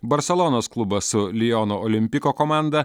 barselonos klubas su liono olimpiko komanda